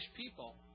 people